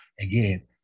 again